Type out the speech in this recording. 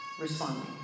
responding